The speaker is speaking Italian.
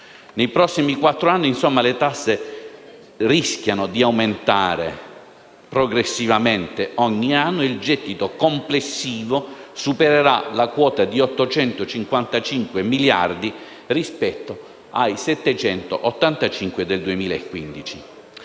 nei prossimi quattro anni le tasse rischiano di aumentare progressivamente ogni anno e il gettito complessivo supererà la quota di 855 miliardi di euro rispetto ai 785 miliardi